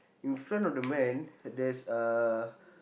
in front of the man there's uh